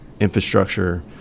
infrastructure